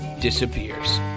disappears